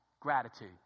Gratitude